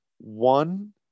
One